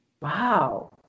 Wow